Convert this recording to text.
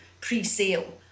pre-sale